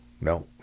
no